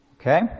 Okay